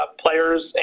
players